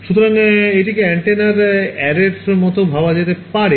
সুতরাং এটিকে অ্যান্টেনার অ্যারের মতো ভাবা যেতে পারে